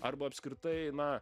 arba apskritai na